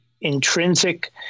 intrinsic